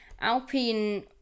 Alpine